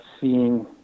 seeing